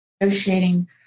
negotiating